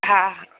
हा